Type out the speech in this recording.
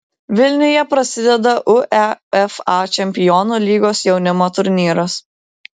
vilniuje prasideda uefa čempionų lygos jaunimo turnyras